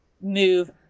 move